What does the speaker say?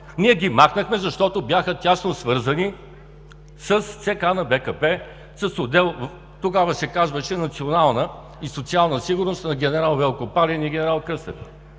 ние ги махнахме, защото бяха тясно свързани с ЦК на БКП, с отдел – тогава се казваше „Национална и социална сигурност“ – на генерал Велко Палин и генерал Кръстев.